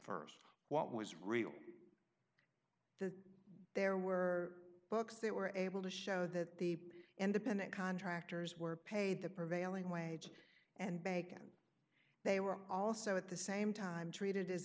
what was real the there were books that were able to show that the independent contractors were paid the prevailing wage and bacon they were also at the same time treated as